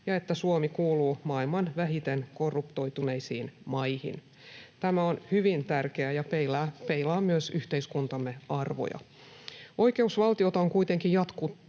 ja että Suomi kuuluu maailman vähiten korruptoituneisiin maihin. Tämä on hyvin tärkeää ja peilaa myös yhteiskuntamme arvoja. Oikeusvaltiota on kuitenkin jatkuvasti